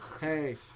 Hey